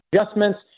adjustments